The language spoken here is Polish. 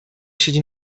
siedzi